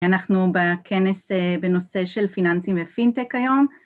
אנחנו בכנס בנושא של פיננסים ופינטק היום